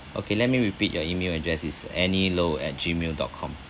okay let me repeat your email address it's annie low at gmail dot com